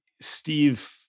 Steve